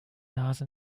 nase